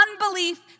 unbelief